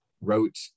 wrote